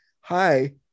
hi